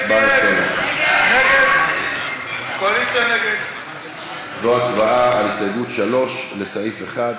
בעד ההסתייגות, 16 נגד, 28 נמנעים,